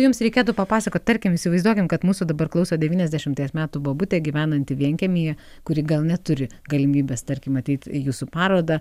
jums reikėtų papasakot tarkim įsivaizduokim kad mūsų dabar klauso devyniasdešimties metų bobutė gyvenanti vienkiemyje kuri gal neturi galimybės tarkim ateit į jūsų parodą